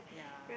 yeah